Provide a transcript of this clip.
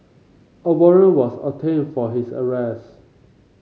a warrant was obtained for his arrest